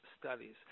studies